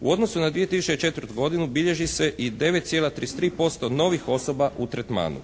U odnosu na 2004. godinu bilježi se i 9,33% novih osoba u tretmanu.